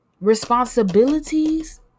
responsibilities